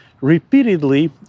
repeatedly